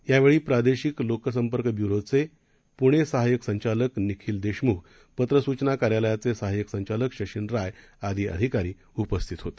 यावेळी प्रादेशिक लोकसंपर्क ब्युरो पुणेचे सहायक संचालक निखील देशमुख पत्र सुचना कार्यालयाचे सहायक संचालक शशीन राय आदी अधिकारी उपस्थित होते